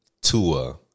Tua